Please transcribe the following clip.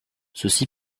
ceci